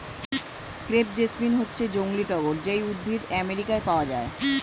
crepe jasmine হচ্ছে জংলী টগর যেই উদ্ভিদ আমেরিকায় পাওয়া যায়